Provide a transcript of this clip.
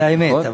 זו האמת,